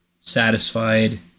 satisfied